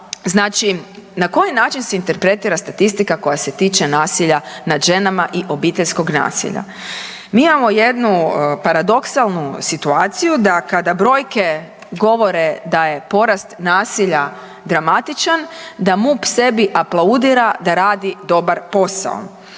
znači na koji način se interpretira statistika koja se tiče nasilja nad ženama i obiteljskog nasilja. Mi imamo jednu paradoksalnu situaciju da kada brojke govore da je porast nasilja dramatičan, da MUP sebi aplaudira da radi dobar posao.